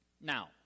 Now